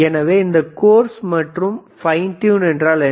எனவே இந்த கோர்ஸ் மற்றும் ஃபைன் டியூன் என்றால் என்ன